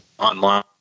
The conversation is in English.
Online